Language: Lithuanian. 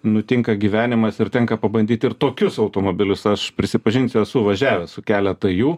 nutinka gyvenimas ir tenka pabandyt ir tokius automobilius aš prisipažinsiu esu važiavęs su keletą jų